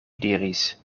diris